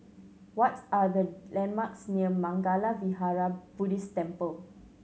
what are the landmarks near Mangala Vihara Buddhist Temple